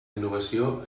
innovació